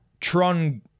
Tron